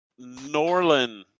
Norlin